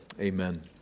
amen